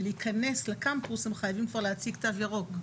להיכנס לקמפוס הם חייבים כבר להציג תו ירוק.